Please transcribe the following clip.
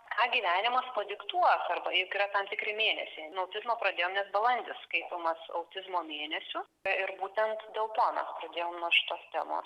ką gyvenimas padiktuos arba juk yra tam tikri mėnesiai nuo pirmo pradėjom nes balandis skaitomas autizmo mėnesiu ir būtent dėl plano pradėjom nuo šitos temos